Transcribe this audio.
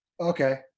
Okay